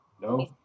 No